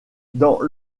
dans